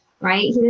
right